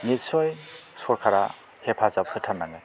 निस्स'य सरकारा हेफाजाब होथारनांगोन